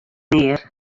mear